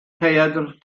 rhaeadr